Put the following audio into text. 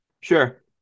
Sure